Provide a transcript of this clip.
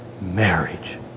marriage